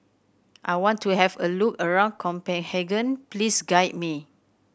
I want to have a look around Copenhagen please guide me